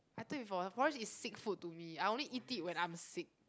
I tell you before porridge is sick food to me I only eat it when I'm sick